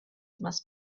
must